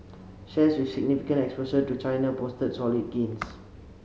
shares with significant exposure to China posted solid gains